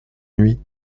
nuit